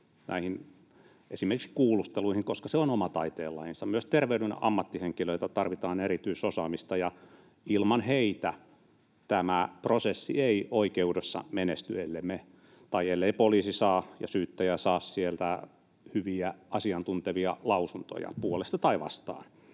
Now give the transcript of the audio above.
näihin kuulusteluihin, koska se on oma taiteenlajinsa, vaan myös terveyden ammattihenkilöiltä tarvitaan erityisosaamista. Ilman heitä tämä prosessi ei oikeudessa menesty — elleivät poliisi ja syyttäjä saa sieltä hyviä, asiantuntevia lausuntoja puolesta tai vastaan.